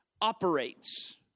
operates